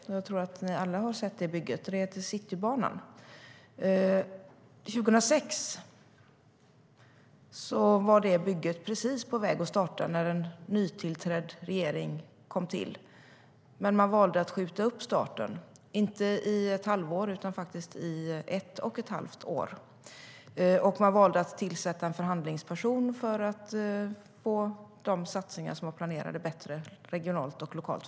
Jag tror att alla har sett det; det är Citybanan som byggs. År 2006 var detta bygge precis på väg att starta när en ny regering tillträdde. Man valde att skjuta upp starten, inte i ett halvår utan faktiskt i ett och ett halvt år. Man valde också att tillsätta en förhandlingsperson för att få de satsningar som var planerade bättre förankrade lokalt och regionalt.